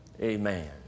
Amen